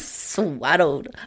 swaddled